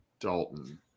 Dalton